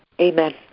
Amen